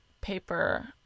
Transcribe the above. paper